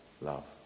love